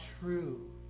true